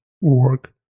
work